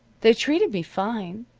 they treated me fine,